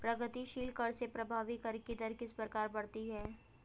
प्रगतिशील कर से प्रभावी कर की दर किस प्रकार बढ़ती है?